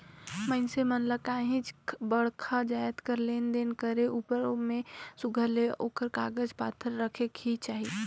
मइनसे मन ल काहींच बड़खा जाएत कर लेन देन करे उपर में सुग्घर ले ओकर कागज पाथर रखेक ही चाही